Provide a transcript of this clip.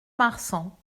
marsan